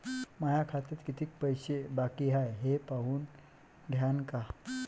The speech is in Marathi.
माया खात्यात कितीक पैसे बाकी हाय हे पाहून द्यान का?